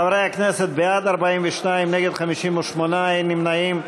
חברי הכנסת, בעד, 42, נגד, 58, אין נמנעים.